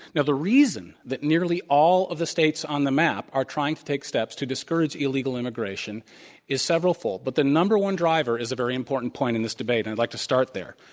and the reason that nearly all of the states on the map are trying to take steps to discourage illegal immigration is several-fold. but the number one driver is a very important point in this debate, and i'd like to start there.